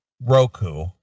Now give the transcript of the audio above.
Roku